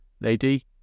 Lady